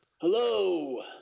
Hello